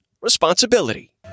responsibility